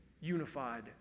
unified